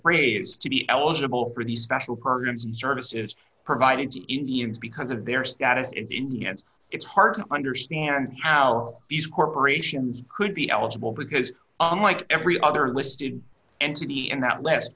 phrase to be eligible for these special programs and services provided to indians because of their status as in yes it's hard to understand how these corporations could be eligible because unlike every other listed entity and that last